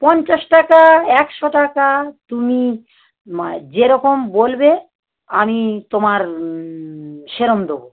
পঞ্চাশ টাকা একশো টাকা তুমি যেরকম বলবে আমি তোমার সেরকম দোবো